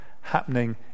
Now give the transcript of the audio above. happening